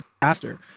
faster